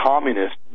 communist